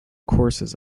courses